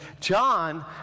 John